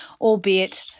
albeit